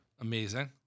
Amazing